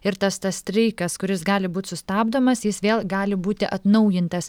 ir tas tas streikas kuris gali būt sustabdomas jis vėl gali būti atnaujintas